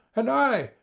and i,